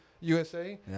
USA